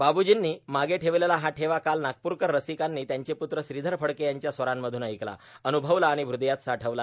बाबूजींनी मागे ठेवलेला हा ठेवा काल नागपूरकर रसिकांनी त्यांचे पुत्र श्रीधर फडके यांच्या स्वरांमधून ऐकला अनुभवला आणि हृदयात साठवला